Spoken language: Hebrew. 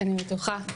אני בטוחה.